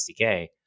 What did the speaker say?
SDK